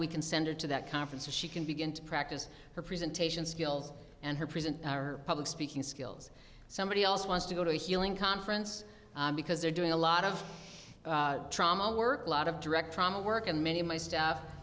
we can send it to that conference and she can begin to practice her presentation skills and her present her public speaking skills somebody else wants to go to a healing conference because they're doing a lot of trauma work a lot of direct trauma work and many of my staff